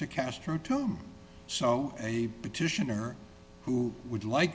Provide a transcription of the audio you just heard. to castro tome so a petition or who would like